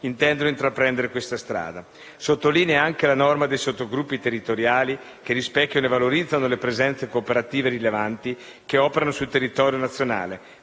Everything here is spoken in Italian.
intendono intraprendere questa strada. Sottolineo anche la norma dei sottogruppi territoriali che rispecchiano e valorizzano le presenze cooperative rilevanti che operano sul territorio nazionale,